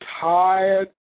tired